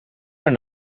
haar